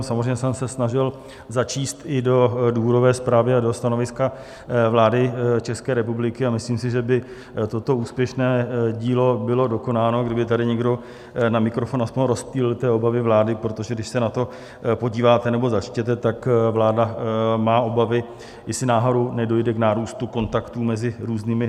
Samozřejmě jsem se snažil začíst i do důvodové zprávy a do stanoviska vlády České republiky a myslím si, že by toto úspěšné dílo bylo dokonáno, kdyby tady někdo na mikrofon aspoň rozptýlil obavy vlády, protože když se na to podíváte, tak vláda má obavy, jestli náhodou nedojde k nárůstu kontaktů mezi různými domácnostmi.